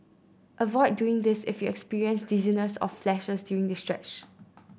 avoid doing this if you experience dizziness or flashes during the stretch